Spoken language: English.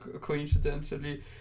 coincidentally